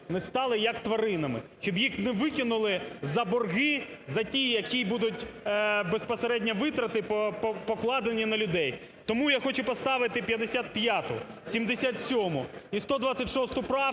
не стали як тваринами, щоб їх не викинули за борги, за ті, які будуть безпосередньо витрати покладені на людей. Тому я хочу поставити 55, 77 і 126 правку,